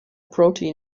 protein